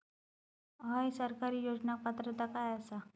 हया सरकारी योजनाक पात्रता काय आसा?